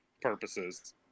purposes